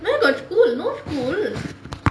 where got school no school